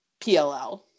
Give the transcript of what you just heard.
pll